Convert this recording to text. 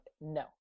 no